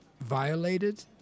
violated